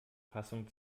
fassung